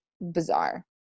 bizarre